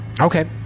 Okay